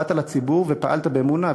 באת לציבור ופעלת באמונה,